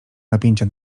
napięcia